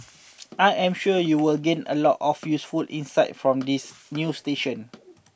I am sure you will gain a lot of useful insights from this new station